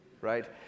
right